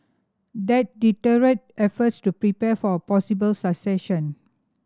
that deterred efforts to prepare for a possible succession